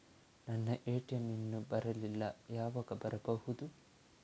ನನ್ನ ಎ.ಟಿ.ಎಂ ಇನ್ನು ಬರಲಿಲ್ಲ, ಯಾವಾಗ ಬರಬಹುದು?